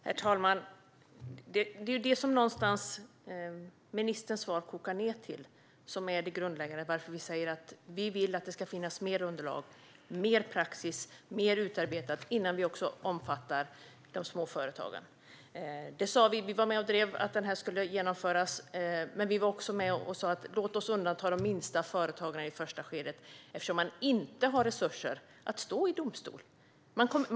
Herr talman! Ministerns svar kokar ju ned till det som är anledningen till att vi vill ha mer underlag, mer praxis och mer utarbetat innan vi inkluderar de små företagen. Vi var med och drev att detta skulle genomföras, men vi sa att vi ville undanta de minsta företagen i det första skedet eftersom de inte har resurser att stå i domstol.